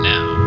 Now